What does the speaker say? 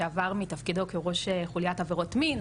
שעבר מתפקידו כראש חוליית עבירות מין,